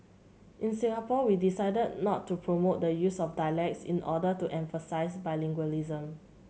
in Singapore we decided not to promote the use of dialects in order to emphasise bilingualism